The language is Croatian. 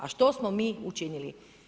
A što smo mi učinili?